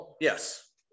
yes